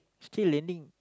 still learning